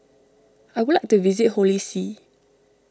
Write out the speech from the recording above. I would like to visit Holy See